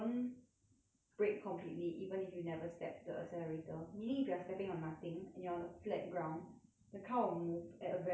brake completely even if you never step the accelerator meaning if you're stepping on nothing and you're on a flat ground the car will move at a very very slow speed